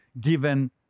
given